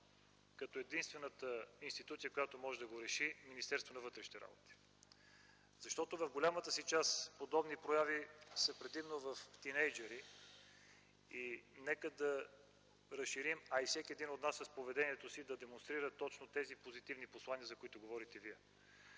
като единствената институция, която може да го реши – Министерството на вътрешните работи, защото в голямата си част подобни прояви са предимно на тийнейджъри. Нека да разширим, а и всеки от нас с поведението си да демонстрира точно тези позитивни послания, за които говорите Вие.